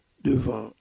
Devant